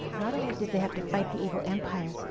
not only did they have to fight the evil empire,